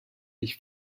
ich